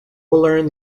learn